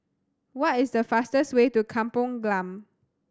what is the fastest way to Kampung Glam